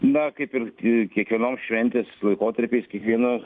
na kaip ir kiekvienos šventės laikotarpis kiekvieno